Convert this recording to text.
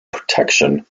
protection